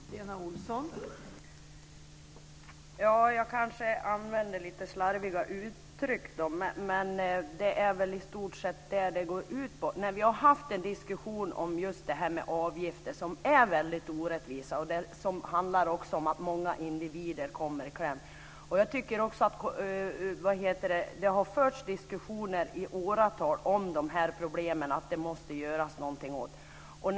Fru talman! Jag var kanske lite slarvig i användandet av uttryck, men vad jag sade är väl i stort sett vad detta går ut på. Vi har ju haft en diskussion om just avgifterna, som är väldigt orättvisa. Många individer kommer i kläm. I åratal har det förts diskussioner om de här problemen, om att något måste göras åt dem.